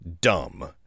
Dumb